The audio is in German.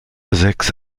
sechs